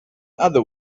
other